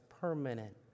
permanent